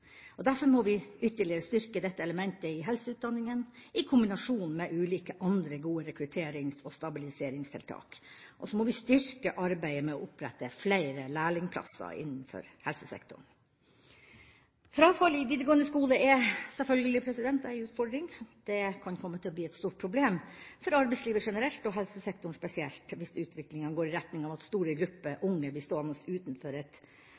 og blir værende på eller nær det bostedet man har i utdanningsperioden. Derfor må vi ytterligere styrke dette elementet i helseutdanninga, i kombinasjon med ulike andre gode rekrutterings- og stabiliseringstiltak. Og så må vi styrke arbeidet med å opprette flere lærlingplasser innenfor helsesektoren. Frafallet i videregående skole er selvfølgelig en utfordring. Det kan komme til å bli et stort problem for arbeidslivet generelt og helsesektoren spesielt hvis utviklinga går i retning av at store grupper unge blir stående utenfor et